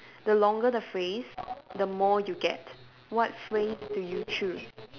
the longer the phrase the more you get what phrase do you choose